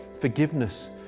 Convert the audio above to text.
forgiveness